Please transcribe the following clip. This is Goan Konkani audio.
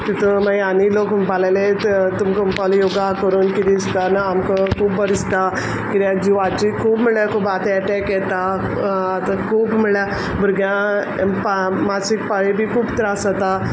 भितर माई आनी लोक म्हुणपा लागले त तुमक म्हुणपा लागली योगा करून कितें दिसता ना आमकां खूब बरें दिसता किद्याक जिवाची खूब म्हळ्ळ्या खूब आत एटॅक येता आत खूब म्हळ्ळ्या भुरग्यां पा मासीक पाळी बी खूब त्रास जाता